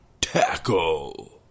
tackle